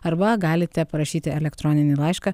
arba galite parašyti elektroninį laišką